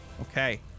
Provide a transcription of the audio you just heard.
Okay